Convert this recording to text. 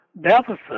deficit